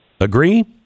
Agree